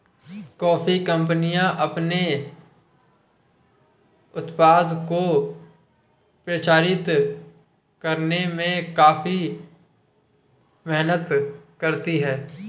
coffee कंपनियां अपने उत्पाद को प्रचारित करने में काफी मेहनत करती हैं